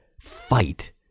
fight